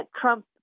Trump